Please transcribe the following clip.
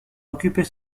occuper